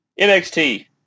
NXT